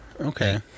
Okay